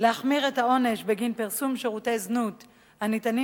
להחמיר את העונש בגין פרסום שירותי זנות הניתנים